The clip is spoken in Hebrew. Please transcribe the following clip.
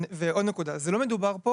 לא מדובר פה